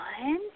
one